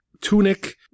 tunic